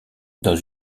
dans